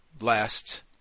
Last